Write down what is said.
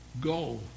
go